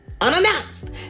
unannounced